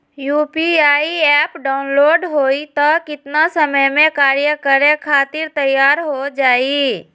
UPI app download होई त कितना समय मे कार्य करे खातीर तैयार हो जाई?